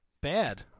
bad